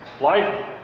Life